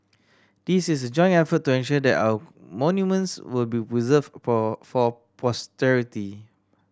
this is a joint effort to ensure that our monuments will be preserved for posterity